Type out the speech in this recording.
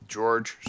George